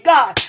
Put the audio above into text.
God